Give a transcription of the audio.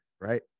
right